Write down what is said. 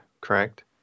correct